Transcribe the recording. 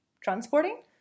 Transporting